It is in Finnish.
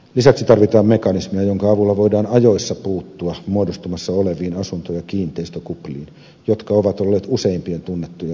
lisäksi tarvitaan mekanismia jonka avulla voidaan ajoissa puuttua muodostumassa oleviin asunto ja kiinteistökupliin jotka ovat olleet useimpien tunnettujen pankkikriisien taustalla